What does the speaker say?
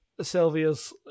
Sylvia's